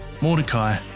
Mordecai